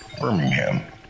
Birmingham